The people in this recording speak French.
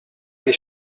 des